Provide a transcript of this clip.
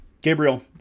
Gabriel